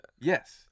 Yes